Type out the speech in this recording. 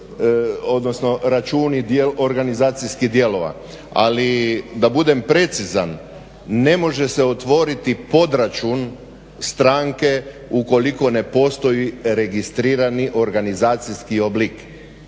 odnosno računi organizacijskih dijelova. Ali da budem precizan, ne može se otvoriti podračun stranke ukoliko ne postoji registrirani organizacijski oblik.